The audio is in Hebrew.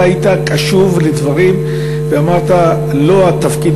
אתה היית קשוב לדברים ואמרת: לא התפקיד